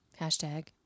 Hashtag